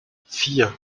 vier